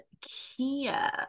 Kia